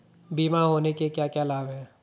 बीमा होने के क्या क्या लाभ हैं?